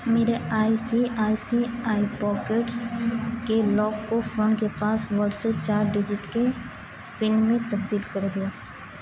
میرے I C I C I pockets کے lock کو فون کے پاس ورڈ سے چار ڈیجٹ کے پن میں تبدیل کر دیا